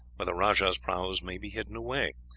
where the rajah's prahus may be hidden away.